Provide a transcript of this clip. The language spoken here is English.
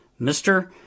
mr